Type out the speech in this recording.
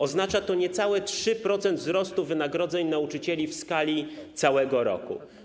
Oznacza to niecałe 3% wzrostu wynagrodzeń nauczycieli w skali całego roku.